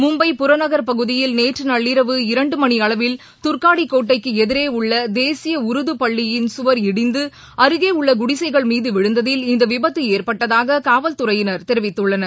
மும்பை புறநகர் பகுதியில் நேற்று நள்ளிரவு இரண்டு மணி அளவில் தர்காடி கோட்டைக்கு எதிரே உள்ள தேசிய உருது பள்ளியின் கவர் இடிந்து அருகே உள்ள குடிசைகள் மீது விழுந்ததில் இந்த விபத்து ஏற்பட்டதாக காவல்துறையினர் தெரிவித்துள்ளனர்